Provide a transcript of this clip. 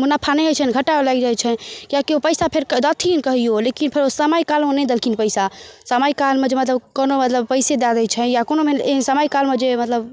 मुनाफा नहि होइत छैन घटा लागि जाइत छै किआकि ओ पैसा फेर देथिन कहिओ लेकिन फेर ओ समयकालमे नहि देलखिन पैसा समयकालमे जे मतलब कोनो मतलब पैसे दऽ दै छै या कोनो मानि लिअ एहन जे समयकालमे जे मतलब